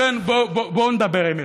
לכן, בואו נדבר אמת.